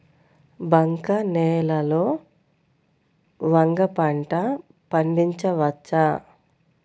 బంక నేలలో వంగ పంట పండించవచ్చా?